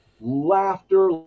laughter